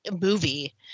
movie